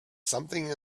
something